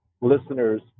listeners